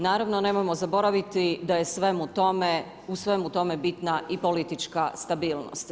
Naravno, nemojmo zaboraviti da je u svemu tome bitna i politička stabilnost.